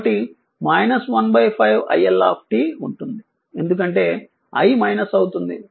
కాబట్టి 15 iL ఉంటుంది ఎందుకంటే i అవుతుంది